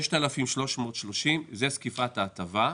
6,330 ₪ זה זקיפת ההטבה,